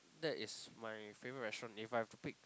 that is my favourite restaurant if I have to pick